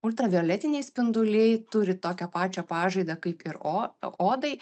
ultravioletiniai spinduliai turi tokią pačią pažaidą kaip ir o odai